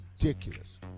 ridiculous